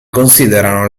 considerano